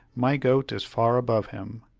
my goat is far above him.